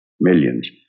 millions